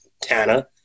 Tana